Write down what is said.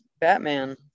Batman